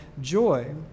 joy